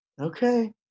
Okay